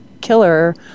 killer